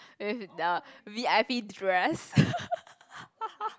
with the V_I_P dress